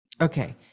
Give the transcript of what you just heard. Okay